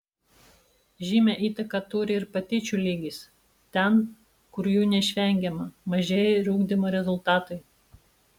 žymią įtaką turi ir patyčių lygis ten kur jų neišvengiama mažėja ir ugdymo rezultatai